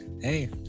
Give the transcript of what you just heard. hey